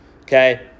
okay